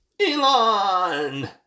Elon